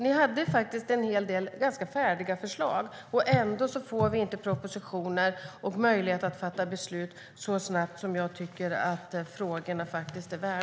Ni hade en hel del ganska färdiga förslag, och ändå får vi inte propositioner och därmed möjlighet att fatta beslut så snabbt som jag tycker att frågorna förtjänar.